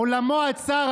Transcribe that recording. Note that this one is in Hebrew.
עולמו הצר,